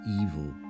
evil